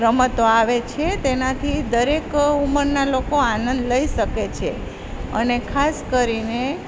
રમતો આવે છે તેનાથી દરેક ઉમરના લોકો આનંદ લઈ શકે છે અને ખાસ કરીને